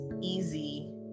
easy